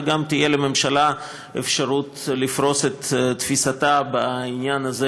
וגם תהיה לממשלה אפשרות לפרוס את תפיסתה בעניין הזה